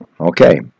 okay